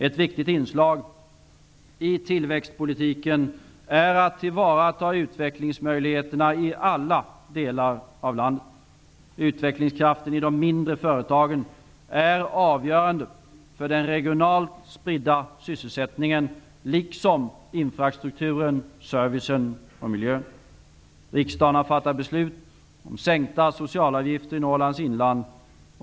Ett viktigt inslag i tillväxtpolitiken är att tillvarata utvecklingsmöjligheterna i alla delar av landet. Utvecklingskraften i de mindre företagen är avgörande för den regionalt spridda sysselsättningen, liksom satsningar på infrastrukturen, servicen och miljön. Riksdagen har fattat beslut om sänkta socialavgifter i Norrlands inland.